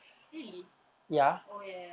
really oh ya ya